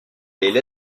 elle